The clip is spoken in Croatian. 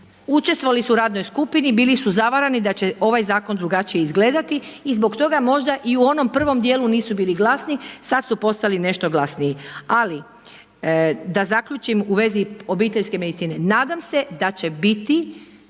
učestvovali su u radnoj skupini, bili su zavarani da će ovaj zakon drugačije izgledati i zbog toga možda i u onom prvom djelu nisu bili glasni, sad su postali nešto glasniji. Ali da zaključim u vezi obiteljske medicine. Nadam se da će biti